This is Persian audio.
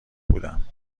بودم